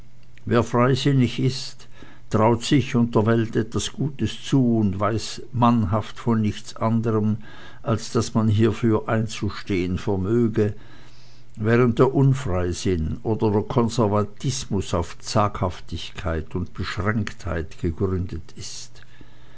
wer freisinnig ist traut sich und der welt etwas gutes zu und weiß mannhaft von nichts anderm als daß man hiefür einzustehen vermöge während der unfreisinn oder der konservatismus auf zaghaftigkeit und beschränktheit gegründet ist